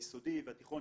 היסודי והתיכון,